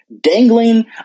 dangling